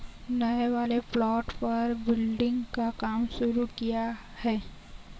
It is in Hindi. नए वाले प्लॉट पर बिल्डिंग का काम शुरू किया है